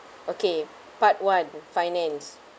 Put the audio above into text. okay part one finance